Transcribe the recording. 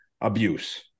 abuse